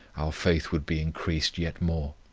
our faith would be increased yet more.